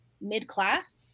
mid-class